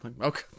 Okay